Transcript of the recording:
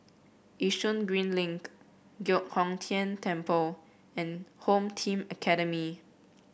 Yishun Green Link Giok Hong Tian Temple and Home Team Academy